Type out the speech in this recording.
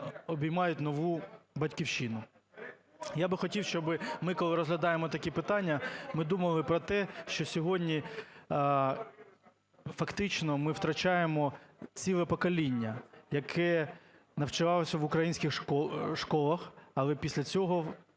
обіймають нову батьківщину. Я хотів би, щоб ми, коли розглядаємо такі питання, ми думали про те, що сьогодні фактично ми втрачаємо ціле покоління, яке навчалося в українських школах, але після цього